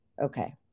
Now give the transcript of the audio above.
Okay